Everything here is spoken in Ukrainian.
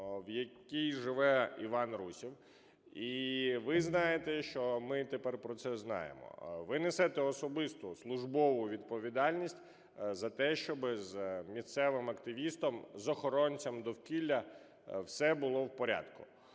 в якій живе Іван Русєв. І ви знаєте, що ми тепер про це знаємо. Ви несете особисту службову відповідальність за те, щоб з місцевим активістом, з охоронцем довкілля все було в порядку.